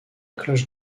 cloche